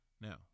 Now